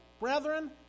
brethren